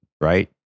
right